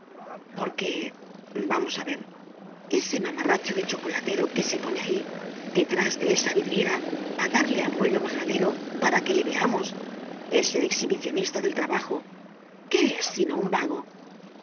porque vamos a ver ese mamarracho de chocolatero que se pone ahí detrás de esa vidriera a darle al rollo majadero para que le veamos ese exhibicionista del trabajo qué es sino un vago